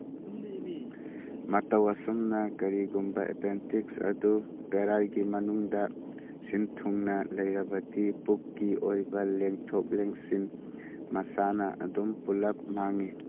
ꯃꯇꯧ ꯑꯁꯨꯝꯅ ꯀꯔꯤꯒꯨꯝꯕ ꯑꯦꯄꯦꯟꯗꯤꯛꯁ ꯑꯗꯨ ꯄꯦꯔꯥꯏꯒꯤ ꯃꯅꯨꯡꯗ ꯁꯤꯟꯊꯨꯡꯅ ꯂꯩꯔꯕꯗꯤ ꯄꯨꯛꯀꯤ ꯑꯣꯏꯕ ꯂꯦꯡꯊꯣꯛ ꯂꯦꯡꯁꯤꯟ ꯃꯁꯥꯅ ꯑꯗꯨꯝ ꯄꯨꯂꯞ ꯃꯥꯡꯏ